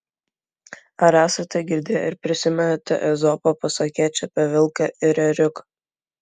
ar esate girdėję ir prisimenate ezopo pasakėčią apie vilką ir ėriuką